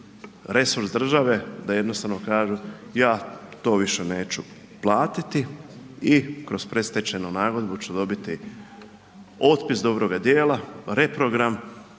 resurs države da jednostavno kažu ja to više neću platiti i kroz predstečajnu nagodbu ću dobiti otpis dobroga djela, reprogram